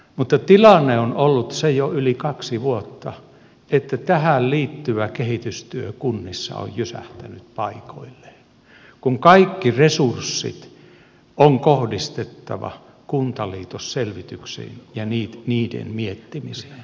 mutta tilanne on ollut se jo yli kaksi vuotta että tähän liittyvä kehitystyö kunnissa on jysähtänyt paikoilleen kun kaikki resurssit on kohdistettava kuntaliitosselvityksiin ja niiden miettimiseen